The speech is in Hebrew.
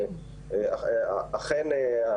אכן,